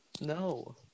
No